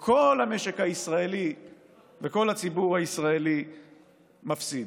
כל המשק הישראלי וכל הציבור הישראלי מפסיד.